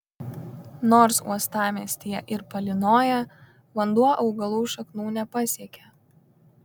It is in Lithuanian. nors uostamiestyje ir palynoja vanduo augalų šaknų nepasiekia